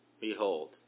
Behold